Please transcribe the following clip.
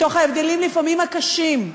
מתוך ההבדלים שלפעמים הם קשים,